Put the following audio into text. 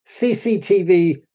CCTV